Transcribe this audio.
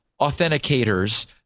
authenticators